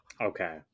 Okay